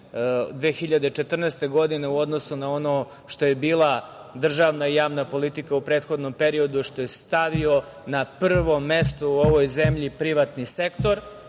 2014. godine, u odnosu na ono što je bila državna i javna politika u prethodnom periodu, što je stavio na prvo mesto u ovoj zemlji privatni sektor